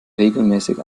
regelmäßig